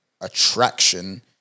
attraction